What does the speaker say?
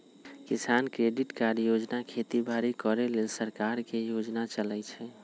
किसान credit card योजना खेती बाड़ी करे लेल सरकार के योजना चलै छै